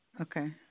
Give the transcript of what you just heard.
Okay